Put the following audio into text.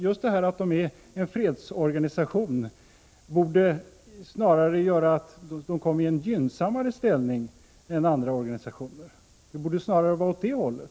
Just att de är fredsorganisationer borde snarare ge dem en gynnsammare ställning än andra organisationer och inte en ogynnsammare. Skevheten borde snarare gå åt det hållet.